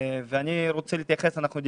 כמו שאמרת,